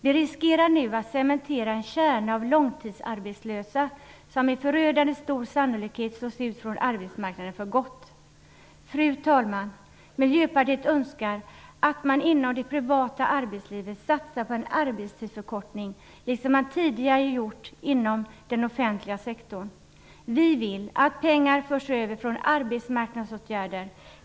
Vi riskerar nu att cementera en kärna av långtidsarbetslösa som med förödande stor sannolikhet slås ut från arbetsmarknaden för gott. Fru talman! Miljöpartiet önskar att det privata arbetslivet satsar på en arbetstidsförkortning liksom man tidigare gjort inom den offentliga sektorn. Vi vill att pengar till detta förs över från arbetsmarknadsåtgärder.